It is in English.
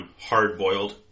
hard-boiled